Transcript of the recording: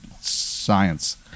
science